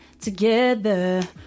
together